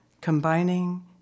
combining